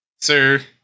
Sir